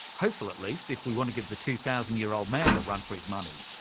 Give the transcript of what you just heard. hopeful, at least, if we want to give the two thousand year old man a run for his money.